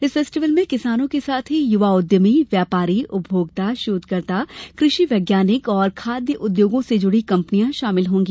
इस फेस्टिवल में किसानों के साथ ही युवा उद्यमी व्यापारी उपभोक्ता शोधकर्ता कृषि वैज्ञानिक और खाद्य उद्योगों से जुड़ी कम्पनियां शामिल होंगी